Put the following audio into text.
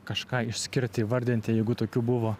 kažką išskirti įvardinti jeigu tokių buvo